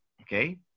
Okay